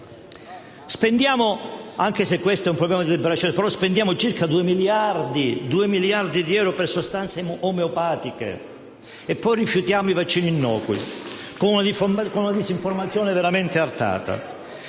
altri, circa due miliardi di euro per sostanze omeopatiche e poi rifiutiamo dei vaccini innocui, con una disinformazione veramente artata.